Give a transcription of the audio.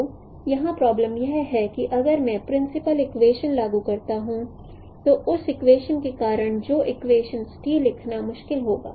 तो यहाँ प्रॉब्लम यह है कि अगर मैं सिंपल इक्वेशनस लागू करता हूँ तो उस इक्वेशनस के कारण जो इक्वेशनस t लिखना मुश्किल होगा